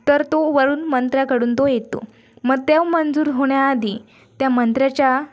तर तो वरून मंत्र्याकडून तो येतो मग तो मंजूर होण्याआधी त्या मंत्र्याच्या